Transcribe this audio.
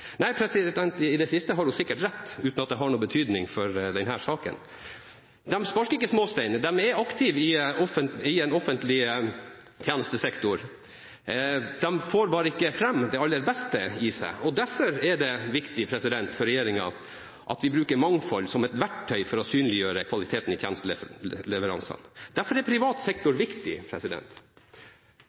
Nei, det siste har hun sikkert rett i, uten at det har noen betydning for denne saken. De sparker ikke småstein, de er aktive i en offentlig tjenestesektor. De får bare ikke fram det aller beste i seg. Derfor er det viktig for regjeringen at vi bruker mangfold som et verktøy for å synliggjøre kvaliteten i tjenesteleveransene. Derfor er privat sektor viktig.